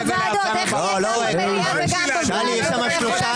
המליאה ריקה, אין אנשים.